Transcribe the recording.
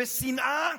בשנאה.